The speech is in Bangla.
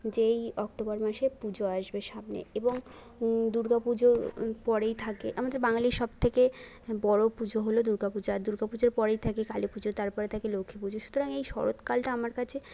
যে এই অক্টোবর মাসে পুজো আসবে সামনে এবং দুর্গা পুজো পরেই থাকে আমাদের বাঙ্গালীর সব থেকে বড়ো পুজো হল দুর্গা পূজা আর দুর্গা পূজার পরেই থাকে কালী পুজো তারপরে থাকে লক্ষ্মী পুজো সুতরাং এই শরৎকালটা আমার কাছে